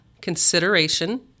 consideration